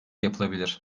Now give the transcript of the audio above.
yapılabilir